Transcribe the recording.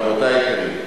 רבותי היקרים,